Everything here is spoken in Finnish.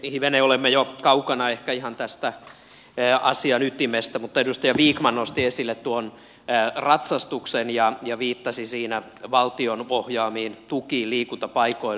hivenen olemme jo kaukana ehkä ihan tästä asian ytimestä mutta edustaja vikman nosti esille tuon ratsastuksen ja viittasi siinä valtion ohjaamiin tukiin liikuntapaikoille